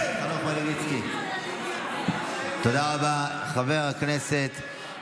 גיס חמישי, תומך טרור.